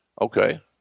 Okay